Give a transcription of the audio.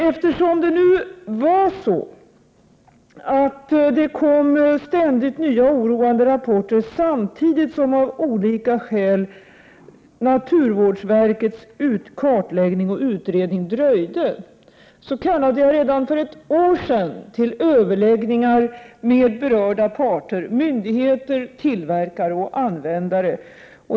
Eftersom det ständigt kom nya oroande rapporter, samtidigt som naturvårdsverkets kartläggning och utredning av olika skäl dröjde, kallade jag redan för ett år sedan till överläggningar med berörda parter; myndigheter, tillverkare och användare.